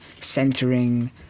centering